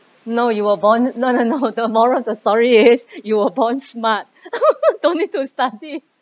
no you were born no no no the moral of the story is you were born smart don't need to study